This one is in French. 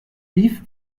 vif